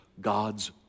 God's